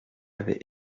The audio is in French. avait